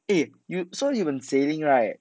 eh you so you on sailing right